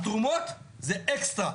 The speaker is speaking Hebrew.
התרומות זה אקסטרה.